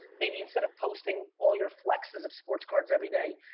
maybe instead of posting all your flexes of sports cards every day,